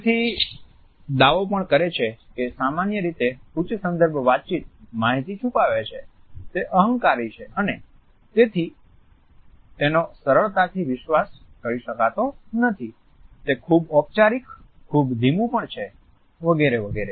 તેથી દાવો પણ કરે છે કે સામાન્ય રીતે ઉચ્ચ સંદર્ભ વાતચીત માહિતી છુપાવે છે તે અહંકારી છે અને તેથી તેનો સરળતાથી વિશ્વાસ કરી શકતો નથી તે ખૂબ ઔપચારિક ખૂબ ધીમું પણ છે વગેરે વગેરે